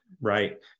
right